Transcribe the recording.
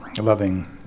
loving